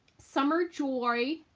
summer joy,